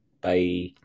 Bye